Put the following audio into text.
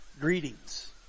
greetings